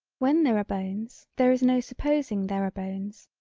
when there are bones there is no supposing there are bones.